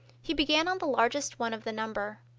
he began on the largest one of the number.